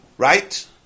Right